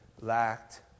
lacked